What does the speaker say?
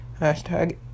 hashtag